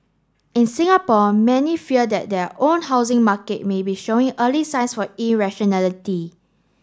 in Singapore many fear that their own housing market may be showing early signs for irrationality